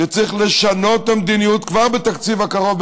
וצריך לשנות את המדיניות כבר בתקציב הקרוב,